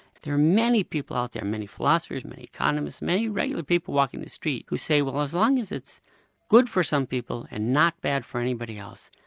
there are many people out there, many philosophers, many economists, many regular people walking the street who say, well as long as it's good for some people and not bad for anybody else,